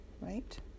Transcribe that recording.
right